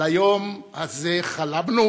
על היום הזה חלמנו